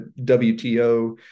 WTO